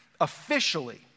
Officially